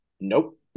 Nope